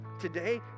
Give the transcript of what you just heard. Today